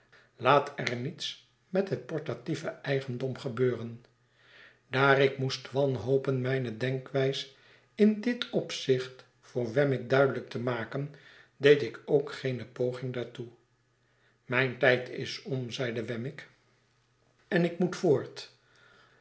laat er niets met het portatieve eigendom gebeuren daar ik moest wanhopen mijne denkwijs in dit opzicht voor wemmick duidelijk te maken deed ik ook geene poging daartoe mijn tijd is om zeide wemmick en ik moet voort